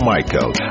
Michael